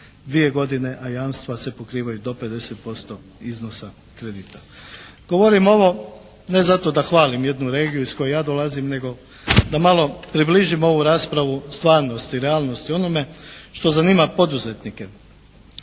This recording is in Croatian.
je 2 godine, a jamstva se pokrivaju do 50% iznosa kredita. Govorim ovo ne zato da hvalim jednu regiju iz koje ja dolazim, nego da malo približim ovu raspravu stvarnosti, realnosti, onome što zanima poduzetnike.